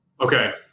Okay